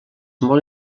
molt